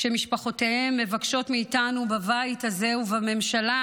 כשמשפחותיהם מבקשות מאיתנו בבית הזה ובממשלה